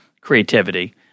creativity